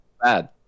Bad